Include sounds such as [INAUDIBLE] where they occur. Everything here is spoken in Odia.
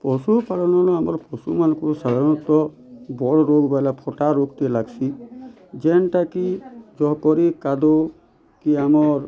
ପଶୁ ପାଲନ୍ ନ ଆମର୍ ପଶୁ ମାନଙ୍କୁ ସାଧାରଣତଃ [UNINTELLIGIBLE] ବୋଲେ ଫଟା ରୋଗ୍ ଟେ ଲାଗସି ଯେନ୍ତା କି ଯୋଉଁପରି କାଦୁଅ କି ଆମର୍